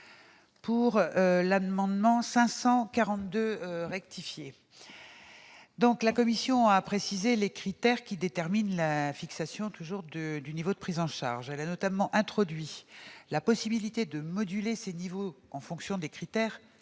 469. Madame Delmont-Koropoulis, la commission a précisé les critères qui déterminent la fixation du niveau de prise en charge. Elle a notamment introduit la possibilité de moduler ces niveaux en fonction de critères